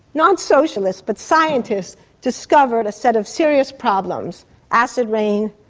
not socialists, but scientists discovered a set of serious problems acid rain,